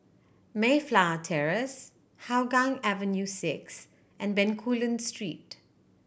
Mayflower Terrace Hougang Avenue Six and Bencoolen Street